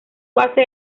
base